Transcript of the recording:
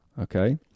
Okay